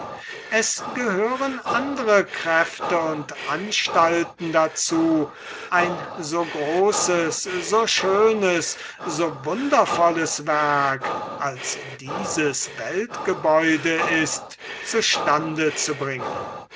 es gehören andre kräfte und anstalten dazu ein so großes so schönes so wundervolles werk als dieses weltgebäude ist zu stande zu bringen